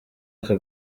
aka